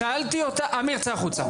עמיר, צא החוצה.